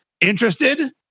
Interested